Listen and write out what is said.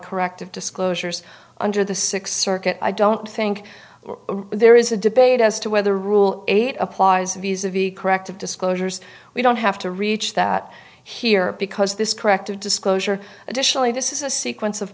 corrective disclosures under the sixth circuit i don't think there is a debate as to whether rule eight applies or visa v corrective disclosures we don't have to reach that here because this corrective disclosure additionally this is a sequence of